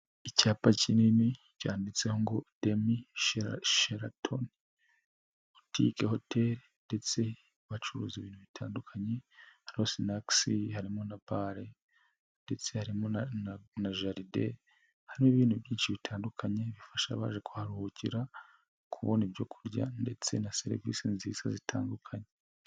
Icyapa kinini cyanditseho ngo "DEMI-SHERATON Boutique Hotel" ndetse bacuruza ibintu bitandukanye, harimo sinakisi, harimo na bare ndetse harimo na jaride, hari n'ibindi byinshi bitandukanye bifasha abaje kuharuhukira kubona ibyo kurya ndetse na serivisi nziza zitandukanye.